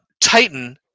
Titan